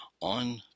on